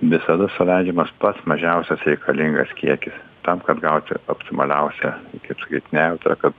visada suleidžiamas pats mažiausias reikalingas kiekis tam kad gauti optimaliausią kaip sakyt nejautrą kad